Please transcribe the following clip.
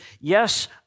Yes